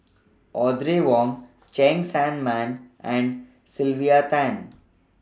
Audrey Wong Cheng Tsang Man and Sylvia Tan